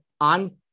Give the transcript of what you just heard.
on